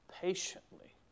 patiently